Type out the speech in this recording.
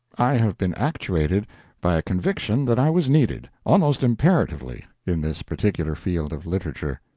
i have been actuated by a conviction that i was needed, almost imperatively, in this particular field of literature.